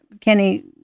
kenny